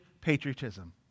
patriotism